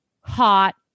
hot